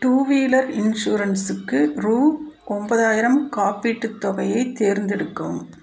two wheeler இன்சூரன்ஸுக்கு ரூபா ஒம்பதாயிரம் காப்பீட்டுத் தொகையை தேர்ந்தெடுக்கவும்